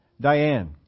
Diane